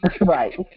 Right